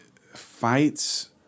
fights